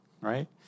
right